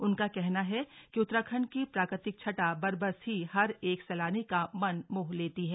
उनका कहना है कि उत्तराखंड की प्राकृतिक छटा बरबस ही हर एक सैलानी का मन मोह लेती है